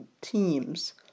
teams